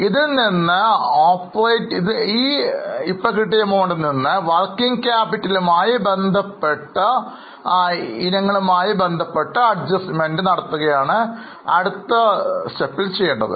ഇതിൽ നിന്നും പ്രവർത്തനമൂലധനം ഇനങ്ങൾക്കായി നമ്മൾ ക്രമീകരണം നടത്തും